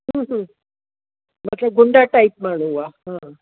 हम्म हम्म मतिलबु गुंडा टाईप माण्हूं हुआ हा